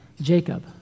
Jacob